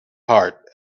heart